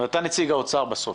ואתה נציג האוצר, בסוף.